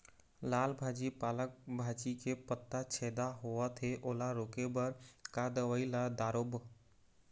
लाल भाजी पालक भाजी के पत्ता छेदा होवथे ओला रोके बर का दवई ला दारोब?